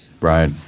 Right